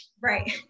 Right